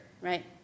right